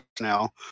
now